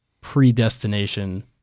predestination